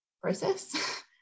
process